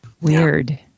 weird